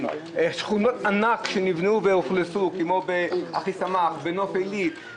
שכונות ענק שנבנו ואוכלסו אחיסמך ונוף הגליל,